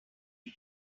egg